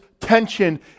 tension